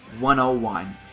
101